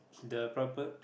the proper